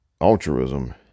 altruism